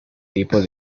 tipo